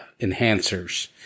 enhancers